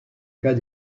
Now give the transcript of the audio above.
cas